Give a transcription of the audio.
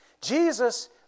Jesus